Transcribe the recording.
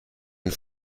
and